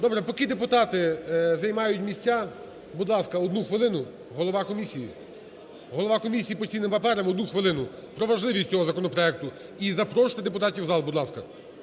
Добре, поки депутати займають місця, будь ласка, 1 хвилину голова комісії. Голова Комісії по цінним паперам 1 хвилину про важливість цього законопроекту. І запрошуйте депутатів у зал, будь ласка.